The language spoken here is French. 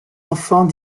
enfants